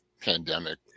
pandemic